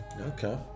okay